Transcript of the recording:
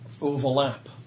overlap